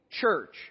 church